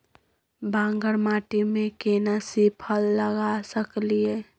बांगर माटी में केना सी फल लगा सकलिए?